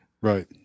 right